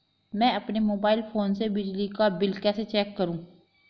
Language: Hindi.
मैं अपने मोबाइल फोन से बिजली का बिल कैसे चेक करूं?